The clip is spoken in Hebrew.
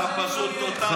אתה פשוט תותח-על, אתה.